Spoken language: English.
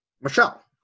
Michelle